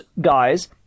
guys